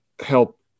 help